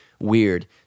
weird